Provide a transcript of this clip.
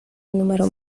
número